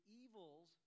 evils